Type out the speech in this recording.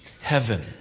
heaven